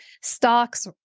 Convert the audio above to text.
stocks